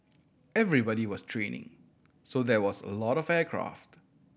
everybody was training so there was a lot of aircraft